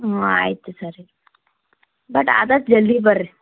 ಹ್ಞೂ ಆಯ್ತು ಸರಿ ಬಟ್ ಆದಷ್ಟು ಜಲ್ದಿ ಬರ್ರಿ